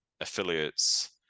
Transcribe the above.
affiliates